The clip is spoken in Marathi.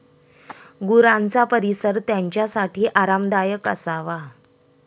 गुरांचा परिसर त्यांच्यासाठी आरामदायक असावा